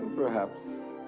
perhaps.